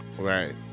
Right